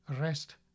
Rest